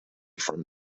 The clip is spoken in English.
from